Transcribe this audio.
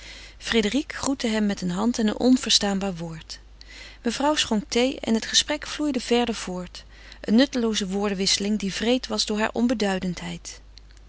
frédérique groette hem met een hand en een onverstaanbaar woord mevrouw schonk thee en het gesprek vloeide verder voort een nuttelooze woordenwisseling die wreed was door hare onbeduidendheid